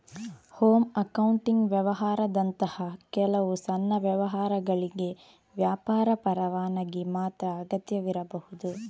home accounting ವ್ಯವಹಾರದಂತಹ ಕೆಲವು ಸಣ್ಣ ವ್ಯವಹಾರಗಳಿಗೆ ವ್ಯಾಪಾರ ಪರವಾನಗಿ ಮಾತ್ರ ಅಗತ್ಯವಿರಬಹುದು